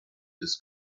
des